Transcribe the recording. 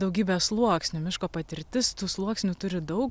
daugybę sluoksnių miško patirtis tų sluoksnių turi daug